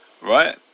Right